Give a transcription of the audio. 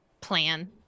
plan